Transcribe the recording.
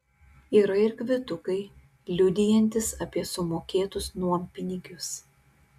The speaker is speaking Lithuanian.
yra ir kvitukai liudijantys apie sumokėtus nuompinigius